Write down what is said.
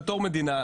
בתור מדינה,